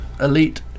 Elite